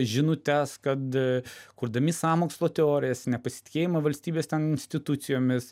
žinutes kad kurdami sąmokslo teorijas nepasitikėjimą valstybės institucijomis